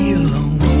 alone